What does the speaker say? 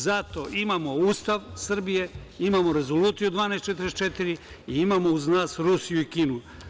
Zato imamo Ustav Srbije, imamo Rezoluciju 1244 i imamo uz nas Rusiju i Kinu.